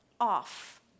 off